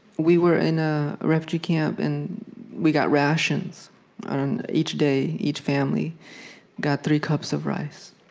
we were in a refugee camp, and we got rations. and each day, each family got three cups of rice.